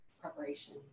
preparation